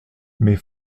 mais